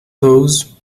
those